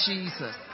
Jesus